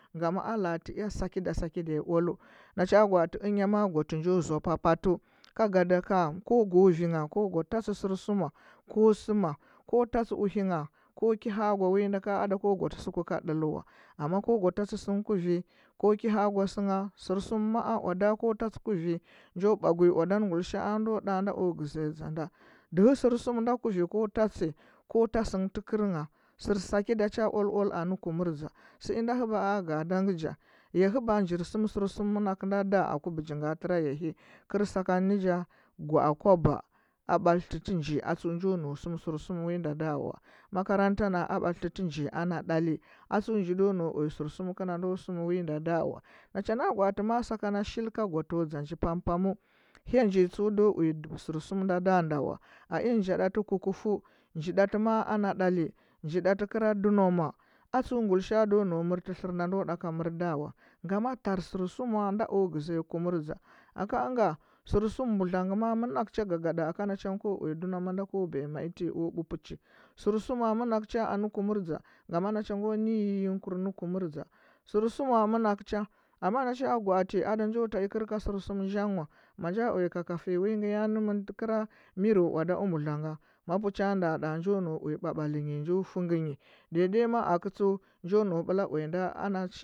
Ngama ala, a tɚ ea sakɚda sakɚda nyi oala na cha guraatɚ daya ma gwatɚ njo zoa papa tuɚ gaɗaka ko go vingha ko gwa ta tsi sursuma ko suma ko tatsi uhe ngha ko ki ha agwa wi nda ka ada ko gwatɚ suku ka ɗɚl wa ngama go tatsi sinɚ ku vi ko ki ha’a gwa shingha sursum ma’a owada ko tatsi ku vi njo bwa guyi owada nɚ guilisha. a ndo ndɚa nda o gɚsiya dȝanda dɚhɚ sur sum nda ku vi ko tatsi ko ta sinɚ ku kɚrngha sur sakɚda cha oal oal anɚ kumur dȝa sɚ inda hɚba a ga’ada ngɚ nja ya hɚba njir sum sursum manakɚu nda ɗa aku bɚgi nga tɚra ya hɚ nga kɚl sakar nɚ nja gwa’a kwaba batli tɚ nji a tsuɚ njo nau sɚm sur sɚm wa wi nda ɗa aku bɚgi nga tɚra tɚra ya hɚ nga kɚl sakar nɚ nja gwa’a kwaba batlitɚ nji a tsuɚ njo nau sɚm sur sɚm wa wi nda ɗa wa ma karanta na a batlitɚ nji ana ɗali a tsuɚ nji ndo nau uya sɚr sum kɚnda ndo sɚma wi nda ɗa wa nacha na gwa ati ma’a sakana shilka gwatɚu dȝa nji pam pam u, hya nji tsuɚ ndo uya dɚhɚ sɚr sum ndo ɗo nda wa a ɚn nji ɗati kukufuɚ nji ɗati ma’a ana ɗali nji ɗati kɚla dunam a tsuɚ guilisha’a ndo nau mɚrtɚ tlɚr nda ndo ɗaka mɚr tɚ ɗa wa ngama tar sɚr suma nda o gɚsiya kumur dȝa aka ɚnga sɚrsum mbudla ngɚ ma’a manakɚu cha gagaɗa aka na cha ngɚ ma’a manakɚu cha gagaɗa aka na cha ngɚ ko uya dunama nda ko biya mai bupɚ chi sɚrsuma manakɚu cha anɚ kum ur dȝa ngama na cha ngo nɚ ngi yiyingku nɚ dȝa sɚrsuma manakɚu cha agama na cha gwa, ati da njo tai kɚl ka sɚr sum zangh wa ma nja uya kakafɚu nyi wi ngɚ ya nɚmɚn tɚkɚra miro owada u mbudla nga ma puchi nda ɗa njo nau uya ɓaɓɚl nyi njo fɚukɚu nyi dai dai ma akɚu tsuɚ njo nau ɓɚla uya ana.